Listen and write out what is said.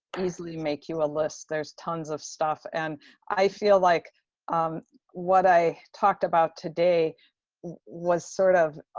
easily make you a list. there's tons of stuff and i feel like what i talked about today was sort of